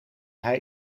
hij